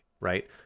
right